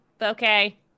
Okay